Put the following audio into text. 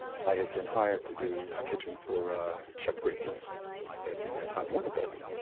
i had been hired to do a kitchen for chef gray kunz at the time warner building.